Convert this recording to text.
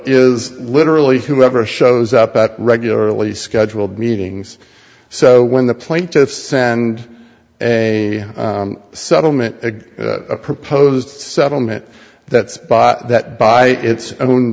is literally whomever shows up at regularly scheduled meetings so when the plaintiffs send a settlement a proposed settlement that spot that by its own